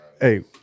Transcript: Hey